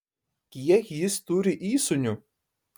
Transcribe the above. kiek jis turi įsūnių